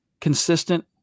Consistent